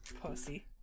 Pussy